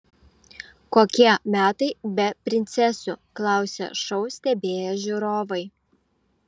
kokie metai be princesių klausė šou stebėję žiūrovai